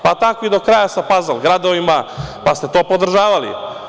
Pa tako i sa „pazl gradovima“, pa ste to podržavali.